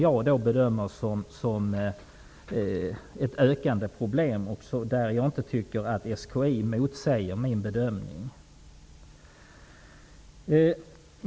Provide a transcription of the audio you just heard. Jag bedömer detta som ett ökande problem, och jag tycker inte att SKI motsäger min bedömning.